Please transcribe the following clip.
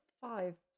five